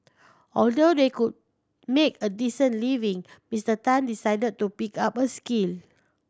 although they could make a decent living Mister Tan decided to pick up a skill